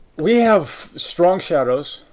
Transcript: we have strong shadows,